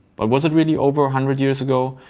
but was it really over a hundred years ago?